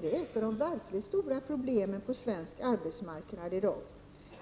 Det är ett av de verkligt stora problemen på svensk arbetsmarknad i dag.